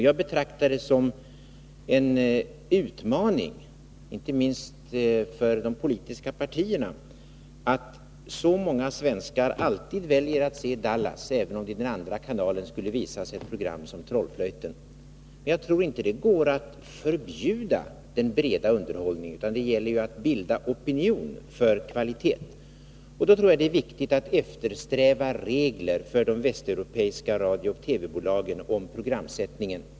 Jag betraktar det såsom en utmaning, inte minst för de politiska partierna, att så många svenskar alltid väljer att se Dallas, även om det i den andra kanalen skulle visas ett program som Trollflöjten. Men jag tror inte att det går att förbjuda den breda underhållningen, utan det gäller att bilda opinion för kvalitet. Det är viktigt att eftersträva regler för de västeuropeiska radiooch TV-bolagen beträffande programsättningen.